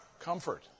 Comfort